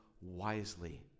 wisely